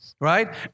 Right